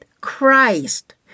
Christ